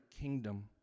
kingdom